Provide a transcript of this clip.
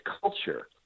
culture